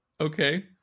Okay